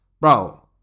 bro